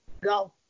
go